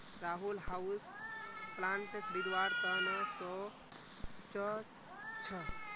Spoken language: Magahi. राहुल हाउसप्लांट खरीदवार त न सो च छ